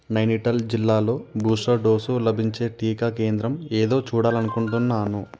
నైనిటాల్ జిల్లాలో booster dose లభించే టీకా కేంద్రం ఏదో చూడాలనుకుంటున్నాను